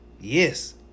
Yes